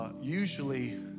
usually